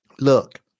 Look